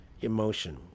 emotion